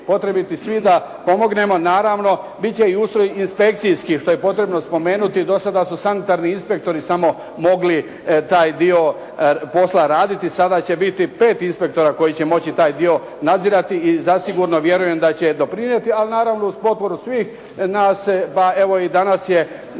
Potrebiti svi da pomognemo. Naravno, bit će ustroj inspekcijski što je potrebno spomenuti. Do sada su sanitarni inspektori samo mogli taj dio posla raditi. Sada će biti pet inspektora koji će moći taj dio nadzirati i zasigurno vjerujem da će doprinijeti, ali naravno uz potporu svih nas. Pa evo i danas je